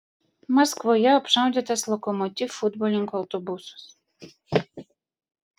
maskvoje apšaudytas lokomotiv futbolininkų autobusas